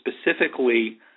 specifically